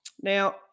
Now